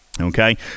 Okay